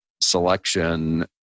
selection